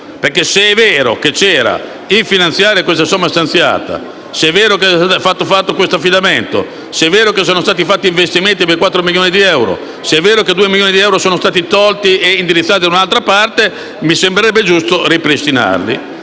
Eliseo. Se è vero che nella finanziaria una somma era stata stanziata; se è vero che è stato fatto questo affidamento; se è vero che sono stati fatti investimenti per 4 milioni di euro; se è vero che 2 milioni di euro sono stati sottratti e indirizzati da un'altra parte, mi sembrerebbe giusto ripristinarli.